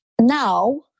now